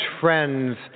friend's